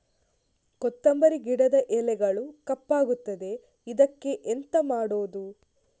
ಕೊತ್ತಂಬರಿ ಗಿಡದ ಎಲೆಗಳು ಕಪ್ಪಗುತ್ತದೆ, ಇದಕ್ಕೆ ಎಂತ ಮಾಡೋದು?